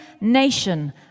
nation